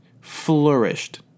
flourished